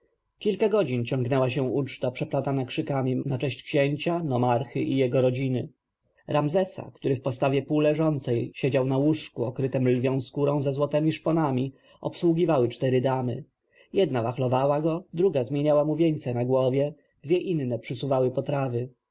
kilka godzin ciągnęła się uczta przeplatana okrzykami na cześć księcia nomarchy i jego rodziny ramzesa który w postawie półleżącej siedział na łóżku okrytem lwią skórą ze złotemi szponami obsługiwały cztery damy jedna wachlowała go druga zmieniała mu wieńce na głowie dwie inne przysuwały potrawy